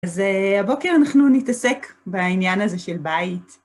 אז הבוקר אנחנו נתעסק בעניין הזה של בית.